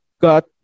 got